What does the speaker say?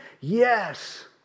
Yes